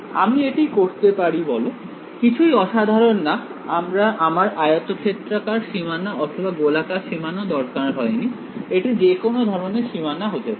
আমি এটি করতে পারি বল কিছুই অসাধারণ না আমার আয়তক্ষেত্রাকার সীমানা অথবা গোলাকার সীমানা দরকার হয়নি এটি যে কোনো ধরনের সীমানা হতে পারে